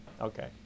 Okay